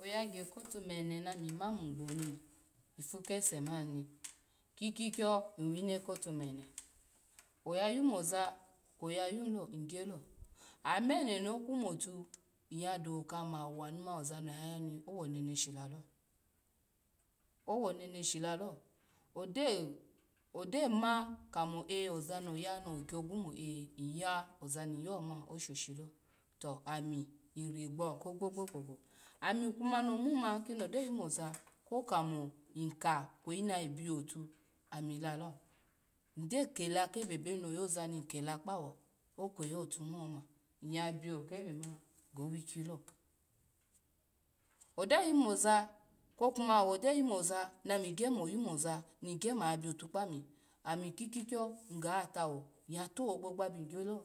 Oyagya tu ene nami ma mugbo ifu kese ani, ikikyo inwino out mene kwo yayu moza wo ya yalo nygyolo, ama eno no kumotu nyya doka kamanu ma ozani oyaya i owuneneshi alo owuneneshilalo odema dema mo oza no yani kamo e- owuneneshilo nyg yogu ozani yoma oshoshilo ami iregbo ko gbogbogbo gbo ami no mu ma ko kamo ogyo yu moza kweyi na yibi out ami lalo nygyo kala kebebeni oyozani kola kpawo ikweyi out oma ny blokebema gowikilo do yu moza kwo kuma awu gyo yumoza nami gya mo yabiotu kpami ami kukikyo nyya ga tawu ya togbogba biw gyalo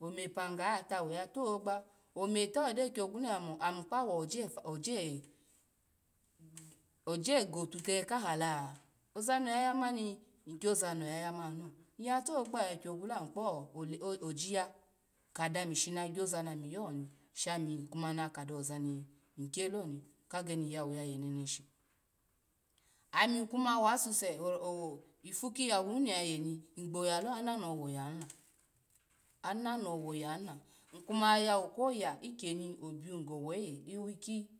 ni, ome pe ny gatawo yata gbogbo ome ta ogyo kyogu lo ny doka ami kawo obi far ami kpawo oje go tw te kahala? Ozano yayamani ogyo za no yanilo ya tagbogbo oya yogu lo osiya kadami shini agyo zani yani she mi kuma nakado oza ni gyalo ni kagini yiyawu yaye neneshi ami kama wasuse ifu kiya wuhi ni yayeni ny gbo yalo anono ny wa yehila anono ny wuya la ny kuma yawu kpoya ikyeni obwu go weye oweki.